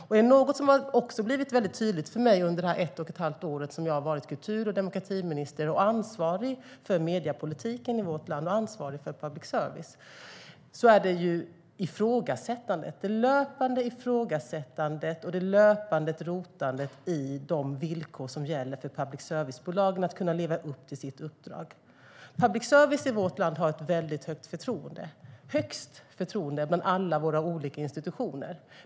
Det är något som har blivit väldigt tydligt för mig under det ett och ett halvt år som jag har varit kultur och demokratiminister och ansvarig för mediepolitiken och för public service i vårt land. Det handlar om det löpande ifrågasättandet och det löpande rotandet i de villkor som gäller för public service-bolagen när det gäller att de ska kunna leva upp till sitt uppdrag. Public service i vårt land har ett väldigt högt förtroende, högst förtroende bland alla våra olika institutioner.